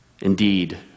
indeed